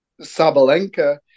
Sabalenka